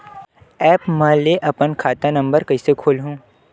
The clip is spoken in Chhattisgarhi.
एप्प म ले अपन खाता नम्बर कइसे खोलहु?